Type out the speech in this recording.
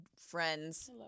friends